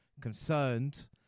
concerned